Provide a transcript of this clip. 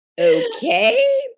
Okay